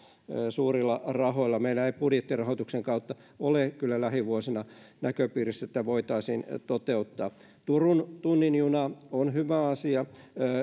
suurilla rahoilla meillä ei budjettirahoituksen kautta ole kyllä lähivuosina näköpiirissä että tätä voitaisiin toteuttaa turun tunnin juna on hyvä asia